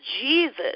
Jesus